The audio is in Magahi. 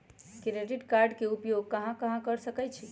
क्रेडिट कार्ड के उपयोग कहां कहां कर सकईछी?